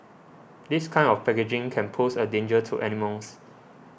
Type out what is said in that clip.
this kind of packaging can pose a danger to animals